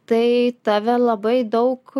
tai tave labai daug